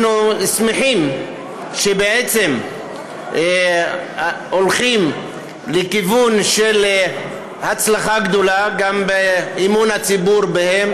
אנחנו שמחים שאנחנו הולכים לכיוון של הצלחה גדולה גם באמון הציבור בהם.